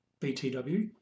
BTW